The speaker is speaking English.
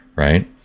right